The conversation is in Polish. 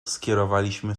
skierowaliśmy